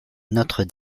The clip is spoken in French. notre